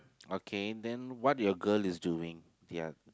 okay then what your girl is doing ya